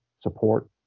support